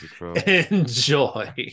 Enjoy